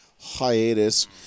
hiatus